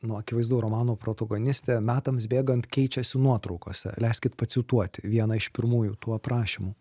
nu akivaizdu romano protagonistė metams bėgant keičiasi nuotraukose leiskit pacituoti vieną iš pirmųjų tų aprašymų